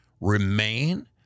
remain